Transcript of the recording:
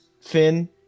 Finn